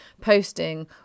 posting